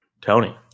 Tony